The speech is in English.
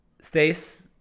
Stace